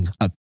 up